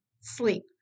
sleep